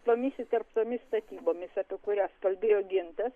tomis įterptomis statybomis apie kurias kalbėjo gintas